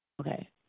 Okay